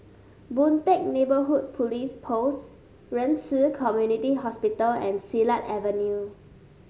Boon Teck Neighbourhood Police Post Ren Ci Community Hospital and Silat Avenue